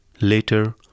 Later